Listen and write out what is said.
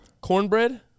Cornbread